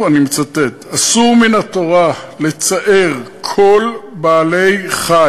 ואני מצטט: אסור מן התורה לצער כל בעל-חי,